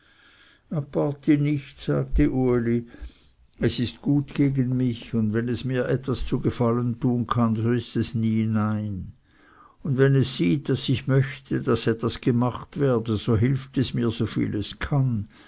aparti nicht sagte uli es ist gut gegen mich und wenn es mir etwas zu gefallen tun kann so ist es nie nein und wenn es sieht daß ich möchte daß etwas gemacht werde so hilft es nur so viel es kann